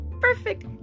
Perfect